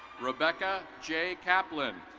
rebecca j caplin.